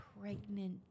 pregnant